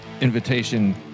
Invitation